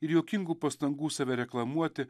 ir juokingų pastangų save reklamuoti